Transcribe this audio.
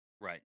right